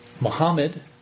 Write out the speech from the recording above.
Muhammad